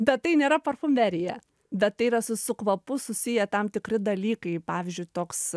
bet tai nėra parfumerija bet tai yra su su kvapu susiję tam tikri dalykai pavyzdžiui toks